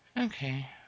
Okay